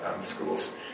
schools